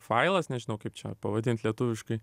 failas nežinau kaip čia pavadint lietuviškai